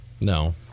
No